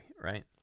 right